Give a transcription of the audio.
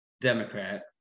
Democrat